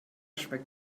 schmeckt